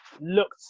looked